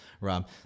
Rob